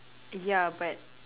ya but